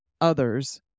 others